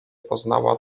poznała